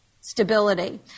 stability